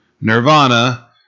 nirvana